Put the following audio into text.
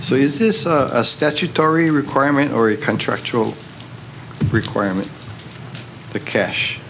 so is this a statutory requirement or contractual requirement the cash